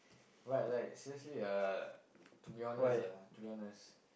but like seriously ah to be honest ah to be honest